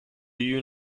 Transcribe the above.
you